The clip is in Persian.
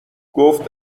گفت